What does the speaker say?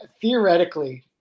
Theoretically